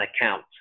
account